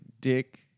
dick